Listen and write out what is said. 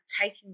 taking